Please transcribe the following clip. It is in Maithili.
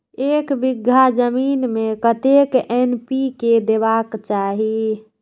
एक बिघा जमीन में कतेक एन.पी.के देबाक चाही?